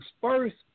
first